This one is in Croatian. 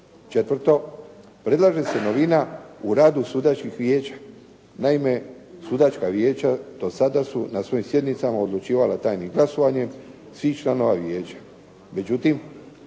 Četvrto, predlaže se novina u radu sudačkih vijeća. Naime, sudačka vijeća do sada su na svojim sjednicama odlučivala tajnim glasovanjem svih članova vijeća.